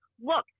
look